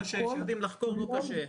כשיודעים לחקור זה לא קשה.